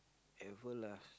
Everlast